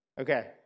Okay